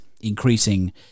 increasing